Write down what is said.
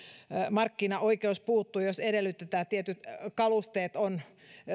markkinaoikeus puuttuu jos edellytetään että tietyt kalustot ovat